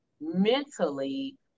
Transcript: mentally